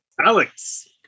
Alex